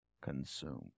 consumed